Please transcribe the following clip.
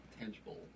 tangible